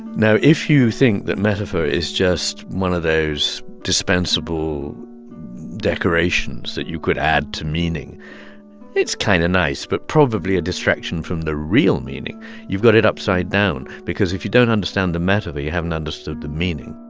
now, if you think that metaphor is just one of those dispensable decorations that you could add to meaning it's kind of nice but probably a distraction from the real meaning you've got it upside down. because if you don't understand the metaphor, you haven't understood the meaning.